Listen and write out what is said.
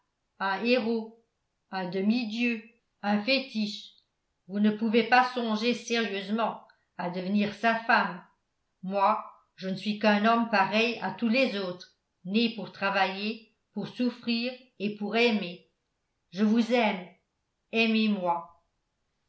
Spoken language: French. un héros un demi-dieu un fétiche vous ne pouvez pas songer sérieusement à devenir sa femme moi je ne suis qu'un homme pareil à tous les autres né pour travailler pour souffrir et pour aimer je vous aime aimez-moi